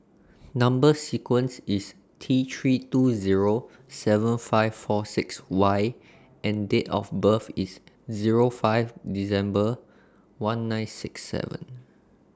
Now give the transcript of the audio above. Number sequence IS T three two Zero seven five four six Y and Date of birth IS Zero five December one nine six seven